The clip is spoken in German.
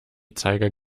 zeiger